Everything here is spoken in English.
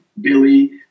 Billy